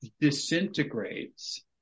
disintegrates